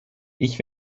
ich